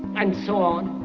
and so on.